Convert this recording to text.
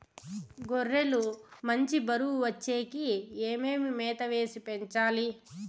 గొర్రె లు మంచి బరువు వచ్చేకి ఏమేమి మేత వేసి పెంచాలి?